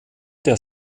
der